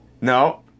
No